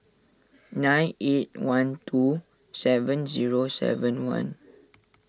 nine eight one two seven zero seven one